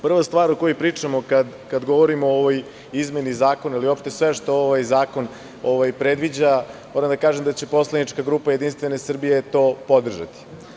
Prva stvar o kojoj pričamo kada govorimo o ovoj izmeni zakona ili uopšte sve što ovaj zakon predviđa, moram da kažem da će poslanička grupa to podržati.